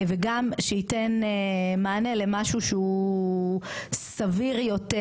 וגם שייתן מענה למשהו שהוא סביר יותר,